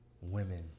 women